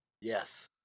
Yes